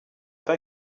pas